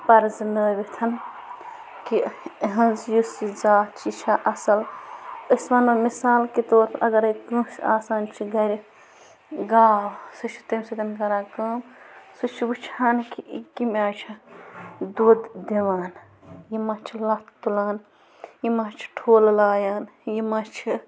پَرزٕنٲوِتھ کہِ یِہٕنٛز یُس یہِ ذات چھِ یہِ چھا اصٕل أسۍ وَنَو مِثال کے طور اگر کٲنسہِ آسان چھِ گَرِ گاو سُہ چھِ تمہِ سۭتۍ کران کٲم سُہ چھِ وٕچھان کہِ یہِ کَمہِ آیہِ چھِ دۄد دِوان یِہ ما چھِ لَتھ تُلان یہِ ما چھِ ٹھوٚل لایان یہِ ما چھِ